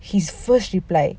his first reply